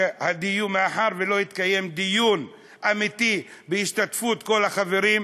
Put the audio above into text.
מאחר שלא התקיים דיון אמיתי בהשתתפות כל החברים,